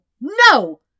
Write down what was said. No